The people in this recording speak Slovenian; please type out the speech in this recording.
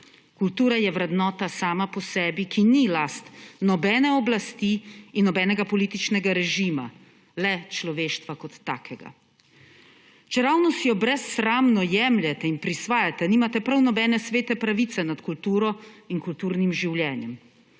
Kultura je vrednota sama po sebi, ki ni last nobene oblasti in nobenega političnega režima, le človeštva kot takega. Čeravno si jo brez sramno jemljete in prisvajate, nimate prav nobene svete pravice nad kulturo in kulturnim življenjem.